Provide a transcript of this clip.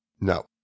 No